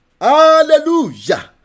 Hallelujah